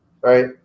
right